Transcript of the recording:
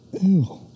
Ew